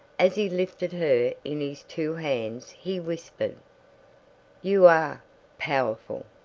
as he lifted her in his two hands he whispered you are powerful!